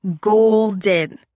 golden